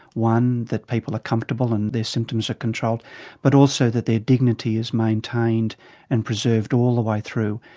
one that people are comfortable and their symptoms are controlled but also that their dignity is maintained and preserved all the way through.